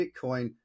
Bitcoin